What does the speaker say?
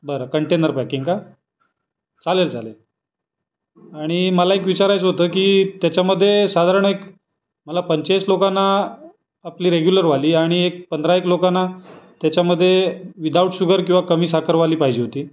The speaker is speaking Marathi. बरं कंटेनर पॅकिंग का चालेल चालेल आणि मला एक विचारायचं होतं की त्याच्यामध्ये साधारण एक मला पंचेचाळीस लोकांना आपली रेग्युलरवाली आणि एक पंधरा एक लोकांना त्याच्यामध्ये विदाउट शुगर किंवा कमी साखरवाली पाहिजे होती